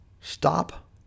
stop